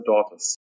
daughters